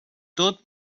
tot